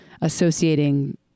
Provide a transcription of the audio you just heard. associating